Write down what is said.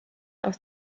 aus